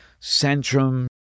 Centrum